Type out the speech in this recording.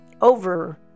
over